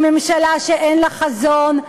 היא ממשלה שאין לה חזון,